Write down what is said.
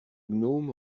gnome